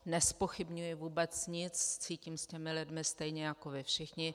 Nezpochybňuji vůbec nic, cítím s těmi lidmi stejně jako vy všichni.